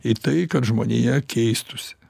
į tai kad žmonija keistųsi